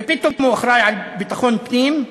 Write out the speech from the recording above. ופתאום הוא אחראי לביטחון פנים,